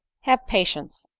have patience.